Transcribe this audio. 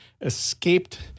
escaped